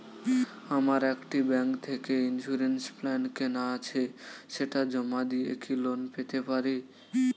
আমার একটি ব্যাংক থেকে ইন্সুরেন্স প্ল্যান কেনা আছে সেটা জমা দিয়ে কি লোন পেতে পারি?